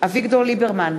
אביגדור ליברמן,